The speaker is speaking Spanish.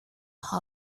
hop